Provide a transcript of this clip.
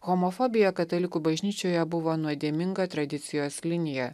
homofobija katalikų bažnyčioje buvo nuodėminga tradicijos linija